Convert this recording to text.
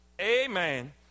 Amen